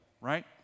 right